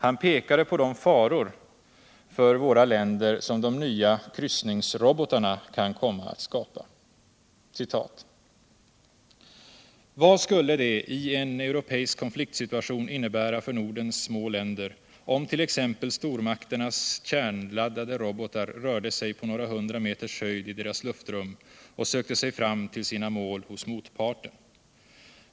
Han pekade på de faror för våra länder som de nya kryssningsrobotarna kan komma att skapa: "Vad skulle det i en europeisk konfliktsituation innebära för Nordens små länder, om till exempel stormakternas kärnladdade robotar rörde sig på några hundra meters höjd i deras luftrum och sökte sig fram till sina måt hos motparten?